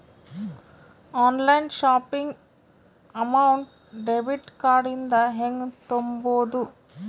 Online shopping amount debit card ಇಂದ ಹೆಂಗ್ ತುಂಬೊದು?